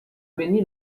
béni